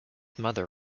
mother